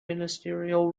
ministerial